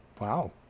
Wow